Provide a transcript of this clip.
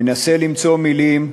מנסה למצוא מילים,